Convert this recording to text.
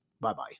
bye-bye